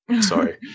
Sorry